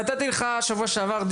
נתתי לך שבוע שעבר,